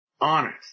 honest